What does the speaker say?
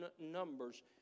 numbers